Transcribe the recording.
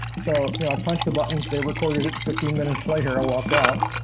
so you know i punched the button, they recorded it, fifteen minutes later i walked out